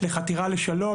לחתירה לשלום,